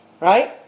right